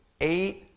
Eight